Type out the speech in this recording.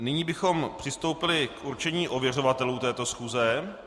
Nyní bychom přistoupili k určení ověřovatelů této schůze.